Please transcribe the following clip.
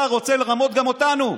אתה רוצה לרמות גם אותנו.